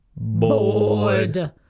BORED